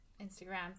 Instagram